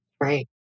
right